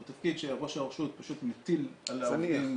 הוא תפקיד שראש הרשות פשוט מטיל על העובדים